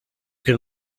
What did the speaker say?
can